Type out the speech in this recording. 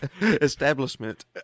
Establishment